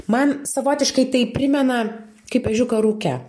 man savotiškai tai primena kaip ežiuką rūke